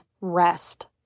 rest